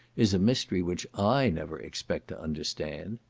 is a mystery which i never expect to understand.